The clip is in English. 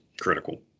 critical